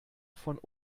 von